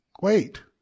Wait